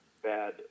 bad